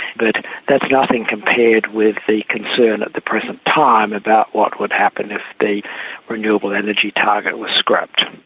but that's nothing compared with the concern at the present time about what would happen if the renewable energy target was scrapped.